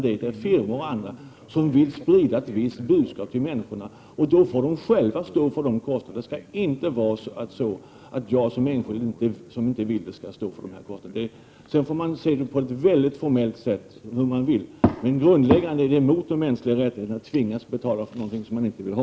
Det är firmor och andra som vill sprida ett visst budskap till människorna, och då bör de själva stå för kostnaderna för det. Det skall inte vara så att jag som inte vill ha detta skall stå för kostnaderna. Man kan se detta på ett mycket formellt sätt, men grundläggande är att det är mot de mänskliga rättigheterna att människor tvingas betala för någonting som de inte vill ha.